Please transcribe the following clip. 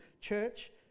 church